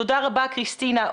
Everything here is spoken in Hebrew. תודה רבה, כריסטינה.